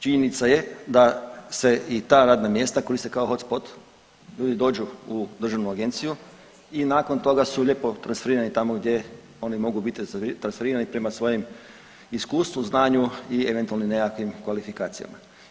Činjenica je da se i ta radna mjesta koriste kao hot spot, ljudi dođu u državnu agenciju i nakon toga su lijepo transferirani tamo gdje oni mogu biti transferirani prema svojem iskustvu, znanju i eventualnim nekakvim kvalifikacijama.